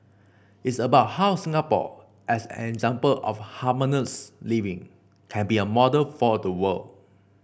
it's about how Singapore as an example of harmonious living can be a model for the world